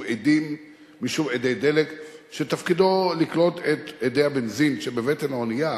אדי דלק שתפקידו לקלוט את אדי הבנזין שבבטן האונייה,